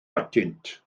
atynt